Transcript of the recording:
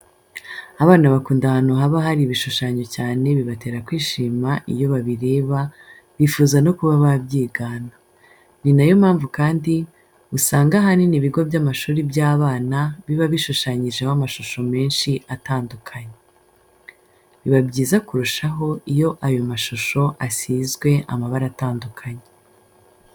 Abana bakunda ahantu haba hari ibishushanyo cyane bibatera kwishima iyo babireba bifuza no kuba babyigana. Ni na yo mpamvu kandi usanga ahanini ibigo by'amashuri by'abana biba bishushanyijeho amashusho menshi atandukanye. Biba byiza kurushaho iyo ayo mashusho asizwe amabara atandukanye.